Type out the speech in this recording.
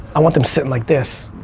i want them sitting like this,